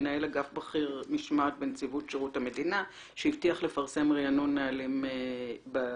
מנהל אגף בכיר בנציבות שירות המדינה שהבטיח לפרסם ריענון נהלים בתקש"יר.